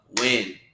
win